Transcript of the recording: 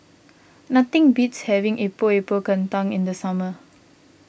nothing beats having Epok Epok Kentang in the summer